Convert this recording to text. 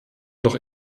doch